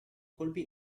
colpi